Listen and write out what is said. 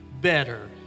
better